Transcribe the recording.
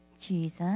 Jesus